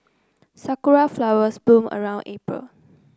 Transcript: sakura flowers bloom around April